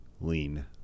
lean